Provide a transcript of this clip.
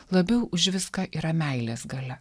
labiau už viską yra meilės galia